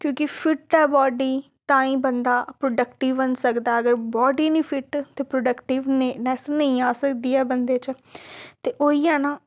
क्योंकि फिट ऐ बाडी तांं ई बंदा प्रोडक्टिव बनी सकदा ऐ अगर बाडी निं फिट ते प्रोडक्टिव नैस नेईं आ सकदी ऐ बंदे च ते होई गेआ ना